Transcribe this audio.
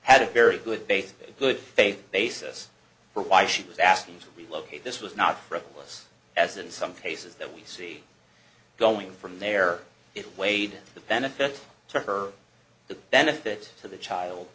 had a very good basis a good faith basis for why she was asking to relocate this was not frivolous as in some cases that we see going from there it weighed the benefits to her the benefit to the child